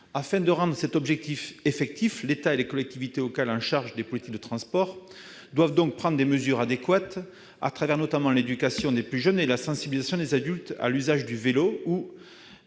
Afin de rendre cet objectif effectif, l'État et les collectivités locales en charge des politiques de transport doivent prendre des mesures adéquates, notamment à travers l'éducation des plus jeunes, la sensibilisation des adultes à l'usage du vélo,